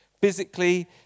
Physically